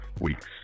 weeks